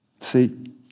See